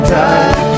die